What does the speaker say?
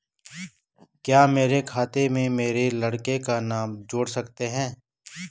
क्या मेरे खाते में मेरे लड़के का नाम जोड़ सकते हैं?